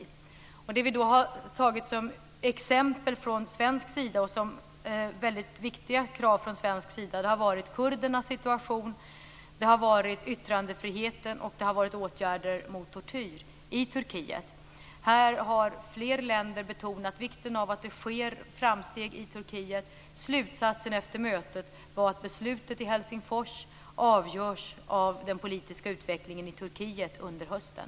Det vi från svensk sida har tagit som exempel och som mycket viktiga krav har varit kurdernas situation, yttrandefriheten och åtgärder mot tortyr i Turkiet. Här har fler länder betonat vikten av att det sker framsteg i Turkiet. Slutsatsen efter mötet var att beslutet i Helsingfors avgörs av den politiska utvecklingen i Turkiet under hösten.